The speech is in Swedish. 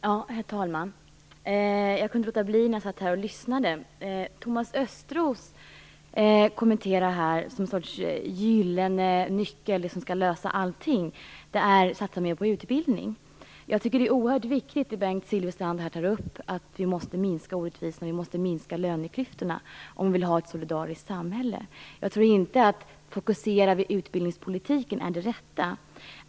Herr talman! Jag kunde inte låta bli att begära ordet när jag satt här och lyssnade. Thomas Östros presenterar här någon sorts gyllene nyckel som skall öppna alla dörrar. Det är att satsa mer på utbildning. Jag tycker att det Bengt Silfverstrand tar upp är oerhört viktigt: Vi måste minska orättvisorna och löneklyftorna om vi vill ha ett solidariskt samhälle. Jag tror inte att det att fokusera på utbildningspolitiken är det rätta.